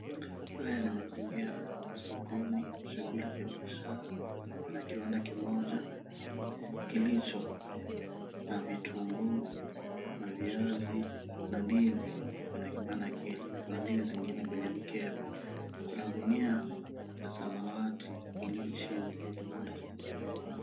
Haya ni mazingira ya sokoni shughuli ya biashara, kuna kiwanda kimoja kilicho na vitunguu na viazi na ndizi kwenye kibanda kile na kuna ndizi zingine kwenye mikebe. Kuna gunia ya samawati iliyo chini ya kibanda chenyewe.